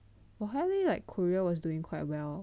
我还以为 like Korea was doing quite well